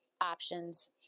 options